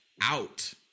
out